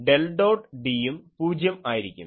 del dot D യും പൂജ്യം ആയിരിക്കും